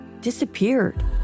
disappeared